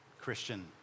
Christian